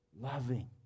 loving